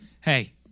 Hey